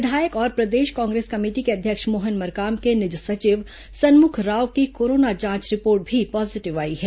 विधायक और प्रदेश कांग्रेस कमेटी के अध्यक्ष मोहन मरकाम के निज सचिव सन्मुख राव की कोरोना जांच रिपोर्ट भी पॉजीटिव आई है